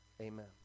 amen